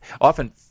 often